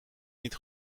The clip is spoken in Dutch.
niet